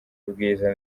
bwiza